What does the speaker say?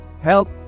help